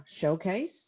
showcase